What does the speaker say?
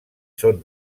són